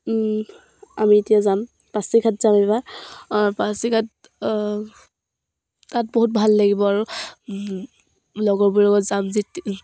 আমি এতিয়া যাম পাছিঘাট যাম এইবাৰ পাছিঘাট তাত বহুত ভাল লাগিব আৰু লগৰবোৰৰ লগত যাম যি